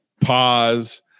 pause